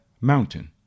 Mountain